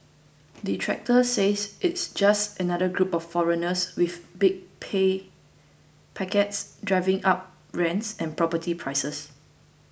detractors says it's just another group of foreigners with big pay packets driving up rents and property prices